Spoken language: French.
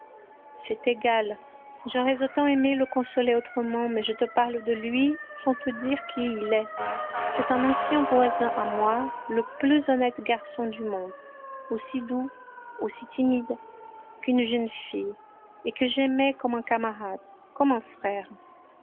c'est égal j'aurais autant aimé le consoler autrement mais je te parle de lui sans te dire qui il est c'est un ancien voisin à moi le plus honnête garçon du monde aussi doux aussi timide qu'une jeune fille et que j'aimais comme un camarade comme un frère